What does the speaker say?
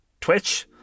Twitch